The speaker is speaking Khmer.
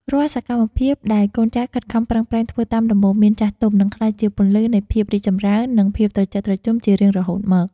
រាល់សកម្មភាពដែលកូនចៅខិតខំប្រឹងប្រែងធ្វើតាមដំបូន្មានចាស់ទុំនឹងក្លាយជាពន្លឺនៃភាពរីកចម្រើន និងភាពត្រជាក់ត្រជុំជារៀងរហូតមក។